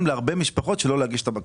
להרבה משפחות שלא להגיש את הבקשה.